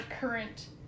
current